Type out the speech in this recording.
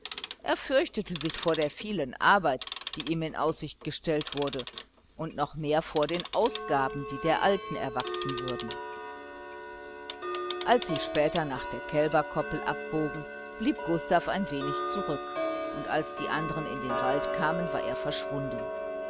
er fürchtete sich vor der vielen arbeit die ihm in aussicht gestellt wurde und noch mehr vor den ausgaben die der alten erwachsen würden als sie später nach der kälberkoppel abbogen blieb gustav ein wenig zurück und als die andern in den wald kamen war er verschwunden